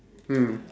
mm